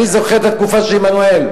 אני זוכר את התקופה של עמנואל.